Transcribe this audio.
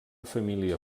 família